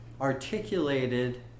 articulated